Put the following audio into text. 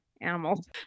animals